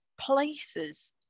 places